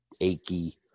achy